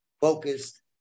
focused